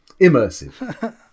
Immersive